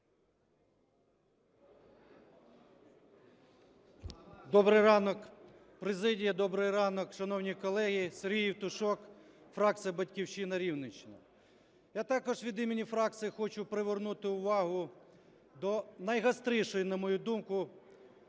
Добрий ранок президія, добрий ранок, шановні колеги! Сергій Євтушок, фракція "Батьківщина", Рівненщина. Я також від імені фракції хочу привернути увагу до найгострішої, на мою думку,